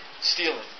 stealing